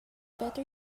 better